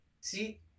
See